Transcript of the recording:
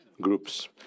groups